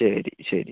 ശരി ശരി